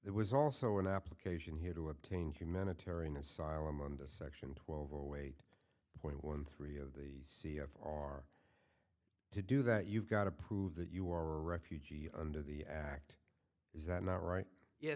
there was also an application here to obtain humanitarian asylum under section twelve or wait point one three of the c of our to do that you've got to prove that you are a refugee under the act is that not right ye